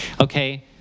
okay